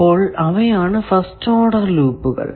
അപ്പോൾ അവയാണ് first order ലൂപ്പുകൾ